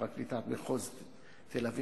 פרקליטת מחוז תל-אביב,